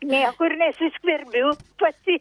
niekur nesiskverbiu pati